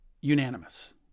unanimous